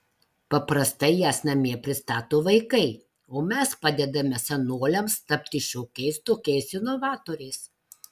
paprastai jas namie pristato vaikai o mes padedame senoliams tapti šiokiais tokiais inovatoriais